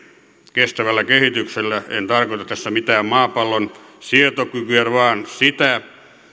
kestävällä kehityksellä en tarkoita tässä mitään maapallon sietokykyä vaan sitä